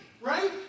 right